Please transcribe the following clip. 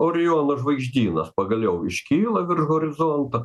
oriolo žvaigždynas pagaliau iškyla virš horizonto